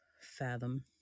fathom